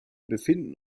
befinden